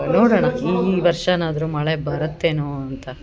ನೋಡೋಣ ಈ ವರ್ಷನಾದರು ಮಳೆ ಬರುತ್ತೇನೋ ಅಂತ